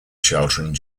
sheltering